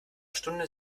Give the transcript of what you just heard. stunde